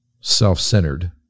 self-centered